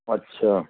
ਅੱਛਾ